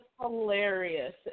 hilarious